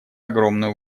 огромную